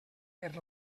per